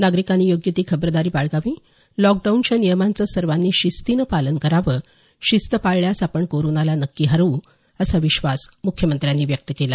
नागरिकांनी योग्य ती खबरदारी बाळगावी लॉकडाऊनच्या नियमांचं सर्वांनी शिस्तीनं पालन करावं शिस्त पाळल्यास आपण कोरोनाला नक्की हरवू असा विश्वास मुख्यमंत्र्यांनी व्यक्त केला